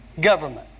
government